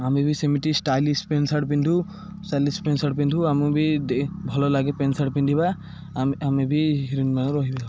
ଆମେ ବି ସେମିତି ଷ୍ଟାଇଲିଶ ପେଣ୍ଟ ସାର୍ଟ ପିନ୍ଧୁ ଷ୍ଟାଇଲିଶ୍ ପେଣ୍ଟ ସାର୍ଟ ପିନ୍ଧୁ ଆମ ବି ଭଲ ଲାଗେ ପେଣ୍ଟ ସାର୍ଟ ପିନ୍ଧିବା ଆମ ଆମେ ବି ହିରୋଇନମାନ ରହିବା